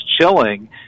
chilling